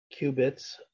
qubits